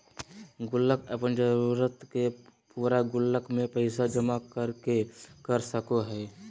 गुल्लक अपन जरूरत के पूरा गुल्लक में पैसा जमा कर के कर सको हइ